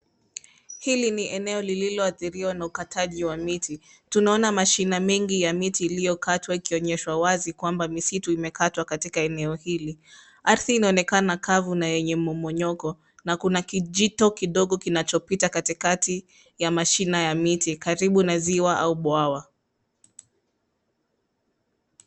Hili ni eneo lilioadhiriwa na ukataji wa miti. Tunaona mashina mengi ya mti iliokatwa ikionyeshwa wazi kwamba misitu imekatwa katika eneo hili. Ardhi inaonekana kavu na yenye mmonyoko na kuna kijito kidogo kinachopita katikati ya mashina yamiti, karibu na ziwa au bwawa.